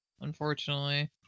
Unfortunately